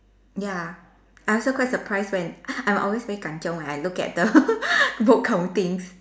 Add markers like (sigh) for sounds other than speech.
ya I also quite surprised when I always very kanchiong when I look at the (laughs) book countings